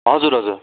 हजुर हजुर